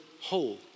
whole